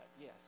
yes